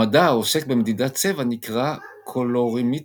המדע העוסק במדידת צבע נקרא קולורימטריה.